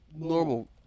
normal